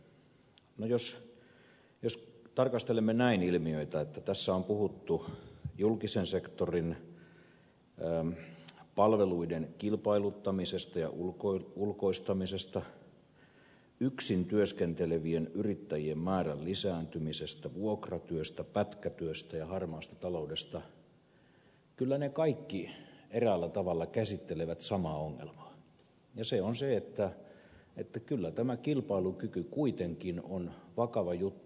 no jos tarkastelemme näin ilmiöitä että tässä on puhuttu julkisen sektorin palveluiden kilpailuttamisesta ja ulkoistamisesta yksin työskentelevien yrittäjien määrän lisääntymisestä vuokratyöstä pätkätyöstä ja harmaasta taloudesta kyllä ne kaikki eräällä tavalla käsittelevät samaa ongelmaa ja se on se että kyllä tämä kilpailukyky kuitenkin on vakava juttu